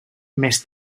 més